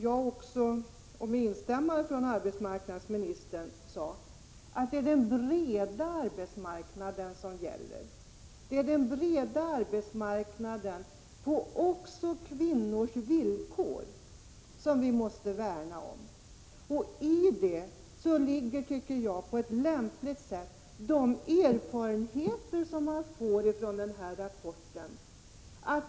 Jag instämmer i vad arbetsmarknadsministern sade, att det är den breda arbetsmarknaden och kvinnornas villkor vi måste värna om. I detta arbete bör man på ett lämpligt sätt ta vara på de erfarenheter som redovisas i rapporten.